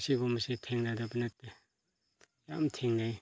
ꯑꯁꯤꯒꯨꯝꯕꯁꯦ ꯊꯦꯡꯅꯗꯕ ꯅꯠꯇꯦ ꯌꯥꯝ ꯊꯦꯡꯅꯩ